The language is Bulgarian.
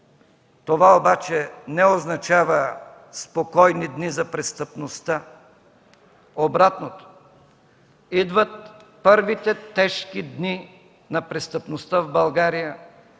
Това обаче не означава спокойни дни за престъпността. Обратното – идват първите тежки дни на престъпността в България,